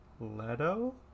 Leto